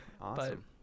awesome